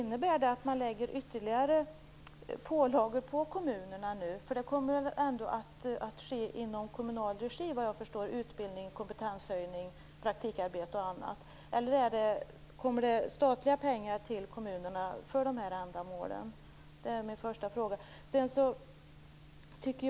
Kommer det att innebära att ytterligare pålagor läggs på kommunerna - vad jag förstår kommer utbildning, kompetenshöjning, praktikarbete och annat att ske i kommunal regi - eller får kommunerna statliga pengar för dessa ändamål?